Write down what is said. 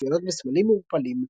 המאופיינות בסמלים מעורפלים